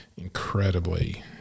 incredibly